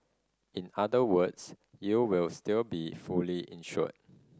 in other words you will still be fully insured